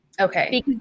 Okay